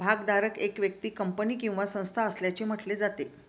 भागधारक एक व्यक्ती, कंपनी किंवा संस्था असल्याचे म्हटले जाते